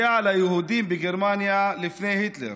זה על היהודים בגרמניה לפני היטלר,